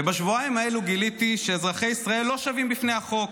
ובשבועיים האלה גיליתי שאזרחי ישראל לא שווים בפני החוק.